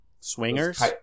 Swingers